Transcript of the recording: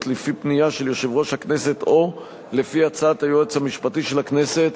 לפי פנייה של יושב-ראש הכנסת או לפי הצעת היועץ המשפטי של הכנסת